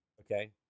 okay